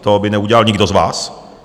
To by neudělal nikdo z vás.